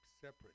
separate